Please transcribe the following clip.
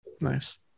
Nice